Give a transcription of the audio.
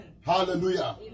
Hallelujah